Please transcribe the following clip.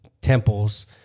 temples